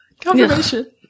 confirmation